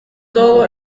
todo